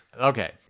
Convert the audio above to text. Okay